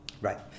Right